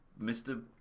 Mr